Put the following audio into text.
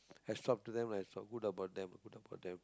heads up to them ah it's a good about them good about them